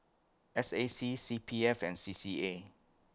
S A C C P F and C C A